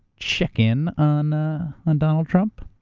check in on ah on donald trump,